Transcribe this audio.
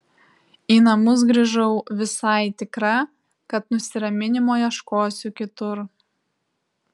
į namus grįžau visai tikra kad nusiraminimo ieškosiu kitur